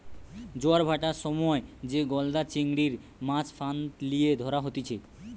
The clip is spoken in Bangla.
জোয়ার ভাঁটার সময় যে গলদা চিংড়ির, মাছ ফাঁদ লিয়ে ধরা হতিছে